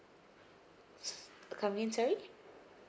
s~ come again sorry